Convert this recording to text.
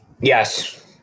Yes